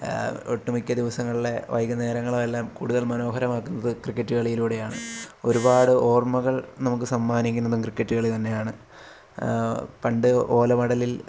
ഒട്ടുമിക്ക ദിവസങ്ങളിലെ വൈകുന്നേരങ്ങളുമെല്ലാം കൂടുതൽ മനോഹരമാക്കുന്നത് ക്രിക്കറ്റ് കളിയിലൂടെയാണ് ഒരുപാട് ഓർമ്മകൾ നമുക്ക് സമ്മാനിക്കുന്നതും ക്രിക്കറ്റ് തന്നെയാണ് പണ്ട് ഓലമടലിൽ